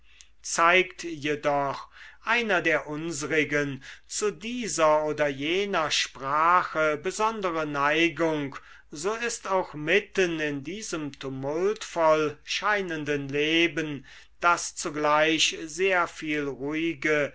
zeigt jedoch einer der unsrigen zu dieser oder jener sprache besondere neigung so ist auch mitten in diesem tumultvoll scheinenden leben das zugleich sehr viel ruhige